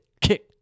kick